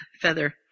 feather